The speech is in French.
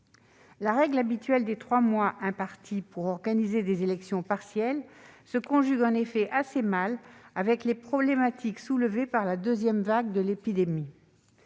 La règle habituelle des trois mois impartis pour organiser des élections partielles se conjugue en effet assez mal avec les problématiques soulevées par la deuxième vague de l'épidémie.